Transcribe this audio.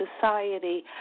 society